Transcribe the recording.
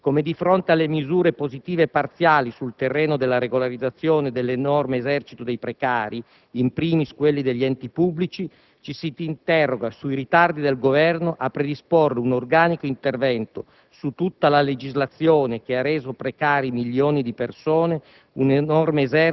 Così come di fronte alle misure positive parziali sul terreno della regolarizzazione dell'enorme esercito dei precari, *in primis* quelli degli enti pubblici, ci si interroga sui ritardi del Governo a predisporre un organico intervento su tutta la legislazione che ha reso precarie milioni di persone,